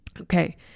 Okay